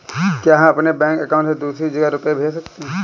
क्या हम अपने बैंक अकाउंट से दूसरी जगह रुपये भेज सकते हैं?